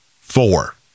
four